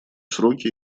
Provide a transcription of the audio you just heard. сроки